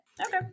Okay